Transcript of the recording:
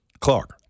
Clark